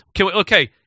okay